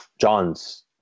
John's